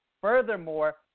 Furthermore